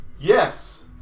Yes